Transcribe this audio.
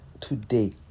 today